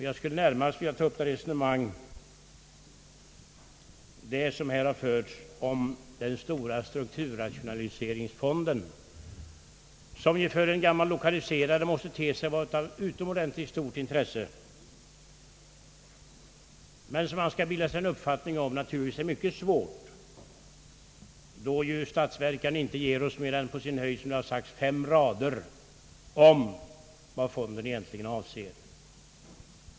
Jag skall närmast ta upp de resonemang som har förts om den stora strukturrationaliseringsfonden, som ju för en gammal »lokaliserare» måste vara av utomordentligt stort intresse men som det naturligtvis är mycket svårt att bilda sig en uppfattning om, då ju statsverkspropositionen inte ger oss mer än, som det har sagts, på sin höjd fem rader om vad fonden egentligen avser.